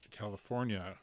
California